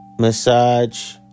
Massage